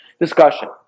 discussion